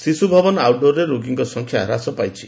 ଶିଶ୍ବଭବନ ଆଉଟଡୋରରେ ରୋଗୀଙ୍କ ସଂଖ୍ୟା ହ୍ରାସ ପାଇଛି